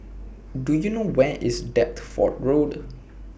Do YOU know Where IS Deptford Road